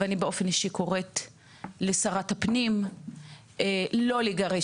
ואני באופן אישי קוראת לשרת הפנים בהחלט שלא לגרש